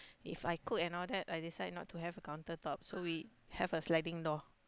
If I cook and all that I decide not to have a counter top so we have a sliding door